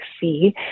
see